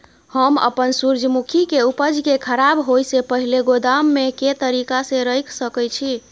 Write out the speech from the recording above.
हम अपन सूर्यमुखी के उपज के खराब होयसे पहिले गोदाम में के तरीका से रयख सके छी?